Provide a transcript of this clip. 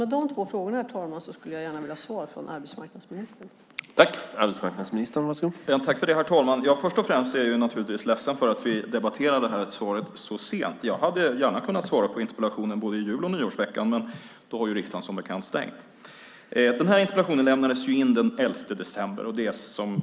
Dessa två frågor skulle jag gärna vilja ha svar på från arbetsmarknadsministern, herr talman.